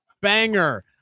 banger